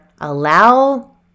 allow